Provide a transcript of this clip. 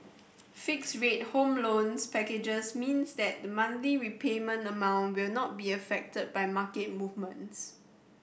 fixed rate home loans packages means that the monthly repayment amount will not be affected by market movements